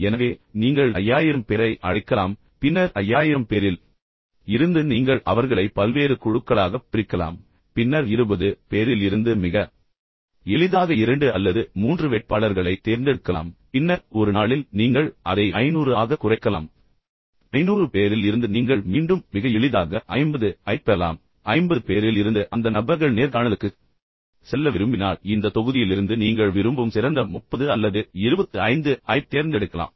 எனவே நீங்கள் 5000 பேரை அழைக்கலாம் பின்னர் 5000 பேரில் இருந்து நீங்கள் அவர்களை பல்வேறு குழுக்களாகப் பிரிக்கலாம் பின்னர் 20 பேரில் இருந்து மிக எளிதாக 2 அல்லது 3 வேட்பாளர்களைத் தேர்ந்தெடுக்கலாம் பின்னர் ஒரு நாளில் நீங்கள் அதை 500 ஆக குறைக்கலாம் பின்னர் 500 பேரில் இருந்து நீங்கள் மீண்டும் மிக எளிதாக 50 ஐப் பெறலாம் 50 பேரில் இருந்து அந்த நபர்கள் நேர்காணலுக்குச் செல்ல விரும்பினால் இந்த தொகுதியிலிருந்து நீங்கள் விரும்பும் சிறந்த 30 அல்லது 25 ஐத் தேர்ந்தெடுக்கலாம்